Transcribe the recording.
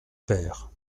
père